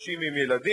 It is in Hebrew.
נשים עם ילדים,